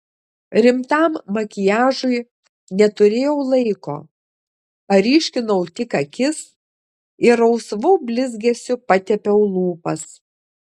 rimtam makiažui neturėjau laiko paryškinau tik akis ir rausvu blizgesiu patepiau lūpas